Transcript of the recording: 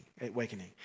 awakening